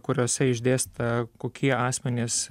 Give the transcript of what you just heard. kuriuose išdėstyta kokie asmenys